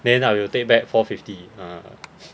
then I will take back four fifty ah